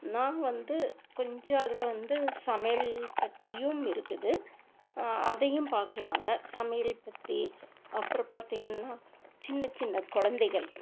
நான் வந்து கொஞ்சம் அதில் வந்து சமையல் பற்றியும் இருக்குது அதையும் பார்க்கலாங்க சமையல் பற்றி அப்புறம் பார்த்திங்கன்னா சின்ன சின்ன கொழந்தைகள்